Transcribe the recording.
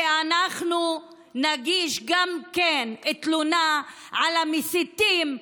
ואנחנו גם נגיש תלונה על המסיתים,